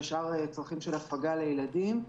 ושאר צרכים להפגה לילדים.